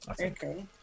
Okay